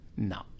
No